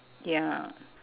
ya